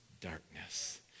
darkness